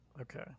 Okay